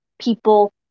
people